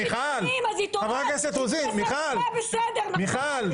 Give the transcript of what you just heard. בלי זה הכול היה בסדר, נכון?